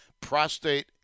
prostate